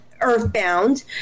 earthbound